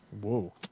Whoa